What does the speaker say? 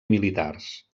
militars